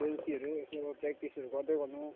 देउसीहरू यसो प्र्याक्टिसहरू गर्दै गर्नु